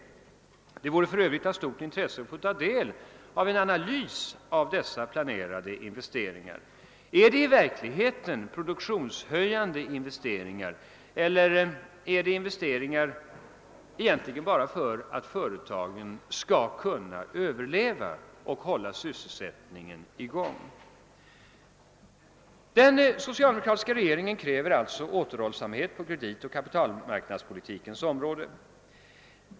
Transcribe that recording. Det vore för övrigt av stort intresse att få ta del av en analys av dessa planerade investeringar. är det i verkligheten produktionshöjande investeringar, eller är det investeringar som företagen egentligen gör bara för att kunna överleva och hålla sysselsättningen i gång? Den socialdemokratiska regeringen kräver alltså återhållsamhet på kreditoch kapitalmarknadspolitikens område.